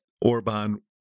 Orban